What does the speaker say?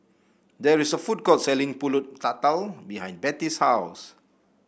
there is a food court selling pulut Tatal behind Betty's house